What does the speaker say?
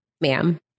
ma'am